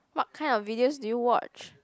what kind of videos do you watch